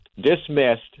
dismissed